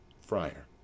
FRIAR